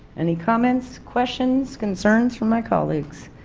any comments questions concerns for my colleagues?